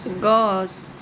গছ